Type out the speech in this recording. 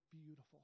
beautiful